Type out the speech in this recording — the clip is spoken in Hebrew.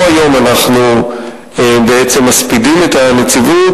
לא היום אנחנו בעצם מספידים את הנציבות,